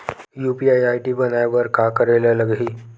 UPI ID बनाये बर का करे ल लगही?